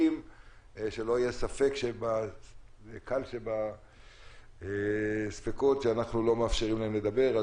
שלא יהיה ספק קל שבספיקות שאנחנו לא מאפשרים להם לדבר.